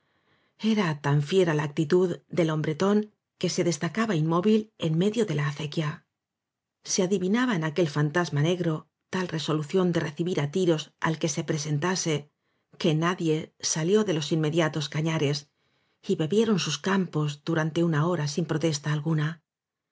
eira tan fiera la actitud del hombretón que se destacaba inmóvil en medio de la acequia se adivinaba en aquel fantasma negro tal resolució ivde recibir á tiros al que se presentase que nadie salió de los inmediatos cañares y bebieron sus camposdurante una hora sin protesta alguna